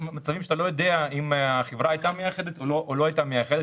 הרי יש מצבים שאתה לא יודע אם החברה היתה מאחדת או לא היתה מאחדת,